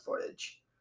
footage